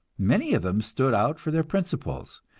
many of them stood out for their principles,